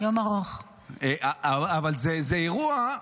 אבל זה אירוע,